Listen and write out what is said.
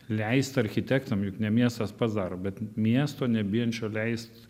leist architektam juk ne miestas pats daro bet miesto nebijančio leist